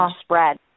spread